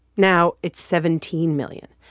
now it's seventeen million.